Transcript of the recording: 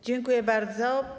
Dziękuję bardzo.